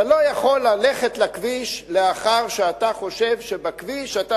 אתה לא יכול ללכת בכביש כאשר אתה חושב שאתה